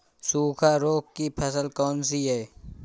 सूखा रोग की फसल कौन सी है?